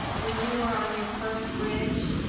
when you were on your first bridge,